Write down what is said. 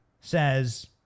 says